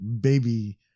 Baby